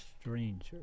stranger